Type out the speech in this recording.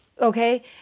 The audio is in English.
Okay